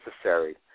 necessary